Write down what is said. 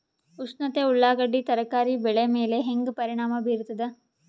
ಉಷ್ಣತೆ ಉಳ್ಳಾಗಡ್ಡಿ ತರಕಾರಿ ಬೆಳೆ ಮೇಲೆ ಹೇಂಗ ಪರಿಣಾಮ ಬೀರತದ?